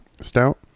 stout